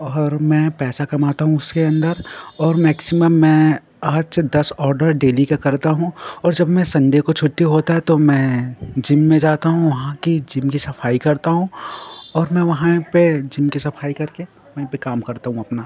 औहर मैं पैसा कमाता हूँ उसके अंदर और मैक्सिमम मैं आठ से दस ऑर्डर डेली का करता हूँ और जब मैं संडे काे छुट्टी होता है तो मैं जिम में जाता हूँ वहाँ की जिम की सफाई करता हूँ और मैं वहाँ पर जिम की सफाई करके वहीं पर काम करता हूँ अपना